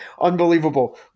unbelievable